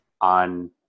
on